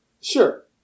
Sure